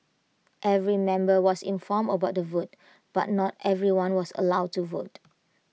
every member was informed about the vote but not everyone was allowed to vote